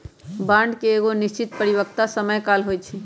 bond के एगो निश्चित परिपक्वता समय काल होइ छइ